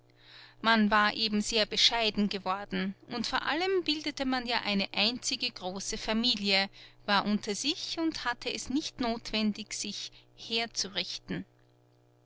man war eben sehr bescheiden geworden und vor allem bildete man ja eine einzige große familie war unter sich und hatte es nicht notwendig sich herzurichten